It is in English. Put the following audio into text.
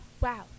Wow